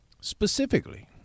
specifically